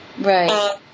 Right